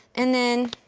and then,